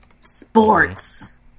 Sports